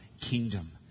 kingdom